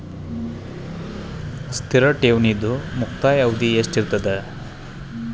ಸ್ಥಿರ ಠೇವಣಿದು ಮುಕ್ತಾಯ ಅವಧಿ ಎಷ್ಟಿರತದ?